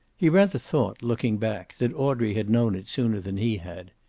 he rather thought, looking back, that audrey had known it sooner than he had.